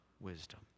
wisdom